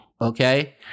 Okay